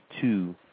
two